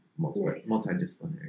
multidisciplinary